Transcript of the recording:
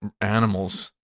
animals